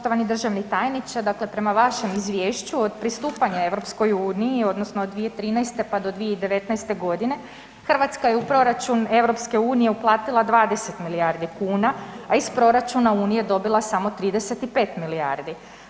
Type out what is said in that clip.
Poštovani državni tajniče, dakle prema vašem Izvješću, od pristupanja EU odnosno 2013. pa do 2019. g. Hrvatska je u proračun EU uplatila 20 milijardi kuna, a iz proračuna Unije dobila samo 35 milijardi.